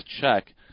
check